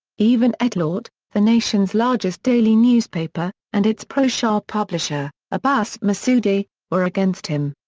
even ettelaat, the nation's largest daily newspaper, and its pro-shah publisher, abbas masudi, were against him.